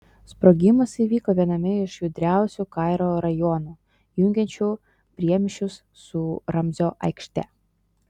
sprogimas įvyko viename iš judriausių kairo rajonų jungiančių priemiesčius su ramzio aikšte